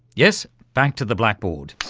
yes, back to the blackboard.